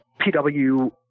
PW